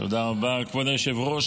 תודה רבה, כבוד היושב-ראש.